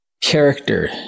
character